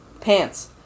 pants